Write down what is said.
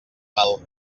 mal